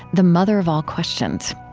the mother of all questions.